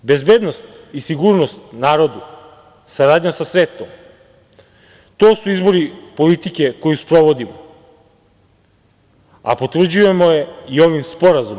Bezbednost i sigurnost narodu, saradnja sa svetom to su izbori politike koju sprovodimo, a potvrđujemo je i ovim sporazumom.